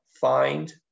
find